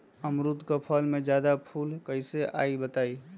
अमरुद क फल म जादा फूल कईसे आई बताई?